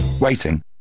Waiting